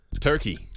Turkey